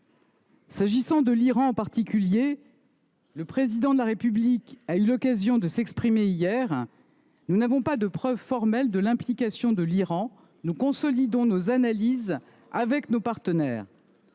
S’agissant de l’Iran en particulier, le Président de la République a eu l’occasion de s’exprimer hier. Nous n’avons pas de preuves formelles de l’implication de l’Iran. Nous consolidons nos analyses avec nos partenaires.